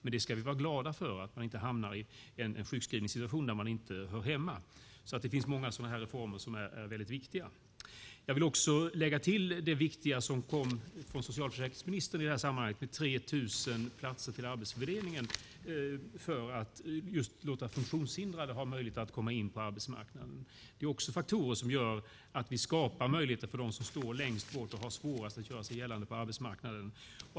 Vi ska vara glada för att man inte hamnar i en sjukskrivningssituation där man inte hör hemma. Det finns många reformer som är viktiga. Jag vill lägga till det viktiga som kom från socialförsäkringsministern i det här sammanhanget - 3 000 platser i Arbetsförmedlingen för att låta funktionshindrade få möjlighet att komma in på arbetsmarknaden. Det är faktorer som gör att vi skapar möjligheter till dem som står längst bort och har svårast att göra sig gällande på arbetsmarknaden.